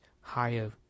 higher